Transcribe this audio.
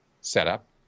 setup